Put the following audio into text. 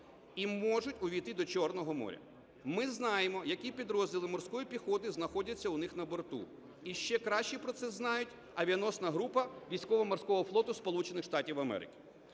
і можуть увійти до Чорного моря. Ми знаємо, які підрозділи морської піхоти знаходяться у них на борту, і ще краще про це знає Авіаносна група Військово-Морського флоту